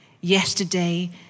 Yesterday